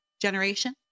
generation